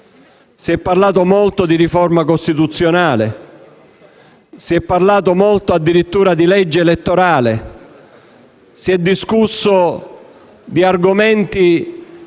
Si è parlato molto di riforma costituzionale; si è parlato molto addirittura di legge elettorale, si è discusso di argomenti